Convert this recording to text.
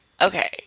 Okay